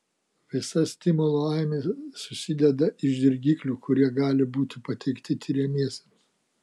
visa stimulų aibė susideda iš dirgiklių kurie gali būti pateikti tiriamiesiems